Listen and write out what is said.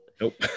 Nope